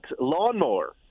lawnmower